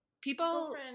people